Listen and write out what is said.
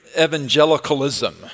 evangelicalism